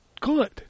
good